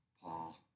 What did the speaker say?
Paul